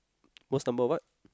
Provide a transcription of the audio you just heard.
most number what